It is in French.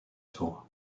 tour